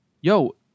yo